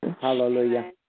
Hallelujah